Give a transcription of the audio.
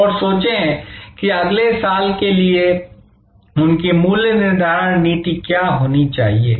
और सोचें कि अगले साल के लिए उनकी मूल्य निर्धारण नीति क्या होनी चाहिए